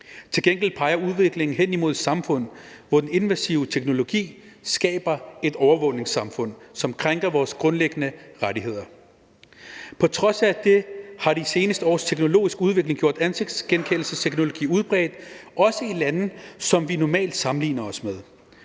Til gengæld peger udviklingen hen imod et samfund, hvor den innovative teknologi skaber et overvågningssamfund, som krænker vores grundlæggende rettigheder. På trods af det har de seneste års teknologiske udvikling gjort ansigtsgenkendelsesteknologi udbredt, også i lande, som vi normalt sammenligner os med.